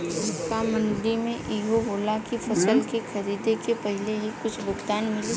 का मंडी में इहो होला की फसल के खरीदे के पहिले ही कुछ भुगतान मिले?